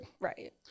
Right